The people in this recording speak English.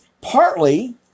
Partly